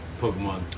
Pokemon